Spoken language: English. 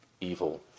evil